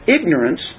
ignorance